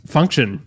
Function